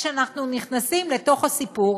כשאנחנו נכנסים לתוך הסיפור,